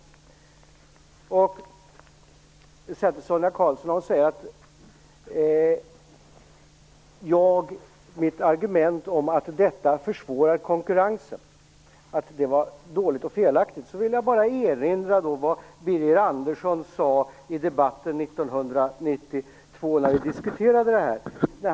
Sonia Karlsson säger att mitt argument att detta försvårar konkurrensen är dåligt och felaktigt. Jag vill då bara erinra om vad Birger Andersson sade i debatten 1992, när vi diskuterade det här.